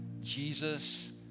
Jesus